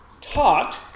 taught